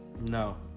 No